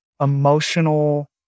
emotional